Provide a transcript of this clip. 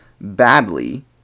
badly